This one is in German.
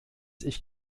ich